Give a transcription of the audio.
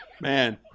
Man